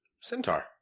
Centaur